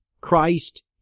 Christ